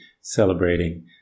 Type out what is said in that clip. celebrating